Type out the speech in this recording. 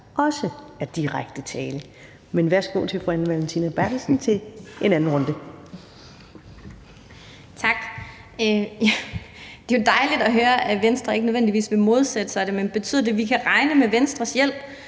en anden runde. Kl. 19:15 Anne Valentina Berthelsen (SF): Tak. Det er jo dejligt at høre, at Venstre ikke nødvendigvis vil modsætte sig det, men betyder det, at vi kan regne med Venstres hjælp?